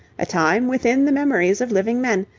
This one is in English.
a time within the memories of living men,